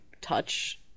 touch